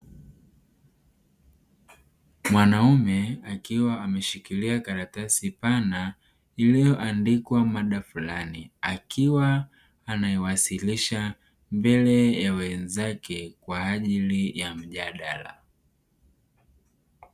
Mwanaume akiwa ameshikilia karatasi pana, iliyoandikwa mada fulani akiwa anaiwasilisha mbele ya wenzake kwa ajili ya mjadala.